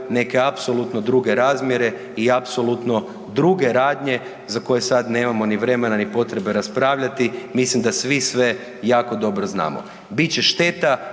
neke apsolutno druge razmjere i apsolutno druge radnje za koje sad nemamo ni vremena, ni potrebe raspravljati, mislim da svi sve jako dobro znamo. Bit će šteta